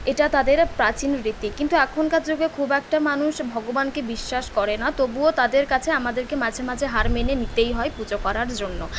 এটা তাদের প্রাচীন রীতি কিন্তু এখনকার যুগে খুব একটা মানুষ ভগবানকে বিশ্বাস করে না তবুও তাদের কাছে আমাদেরকে মাঝে মাঝে হার মেনে নিতেই হয় পুজো করার জন্য